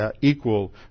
equal